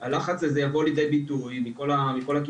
הלחץ הזה יבוא לידי ביטוי, מכל הכיוונים.